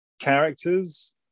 characters